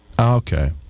Okay